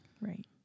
Right